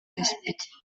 кэбиспит